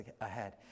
ahead